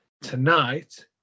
tonight